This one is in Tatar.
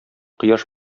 кояш